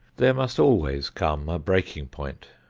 there must always come a breaking point,